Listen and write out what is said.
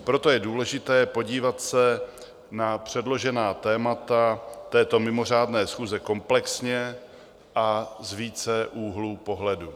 Proto je důležité podívat se na předložená témata této mimořádné schůze komplexně a z více úhlů pohledu.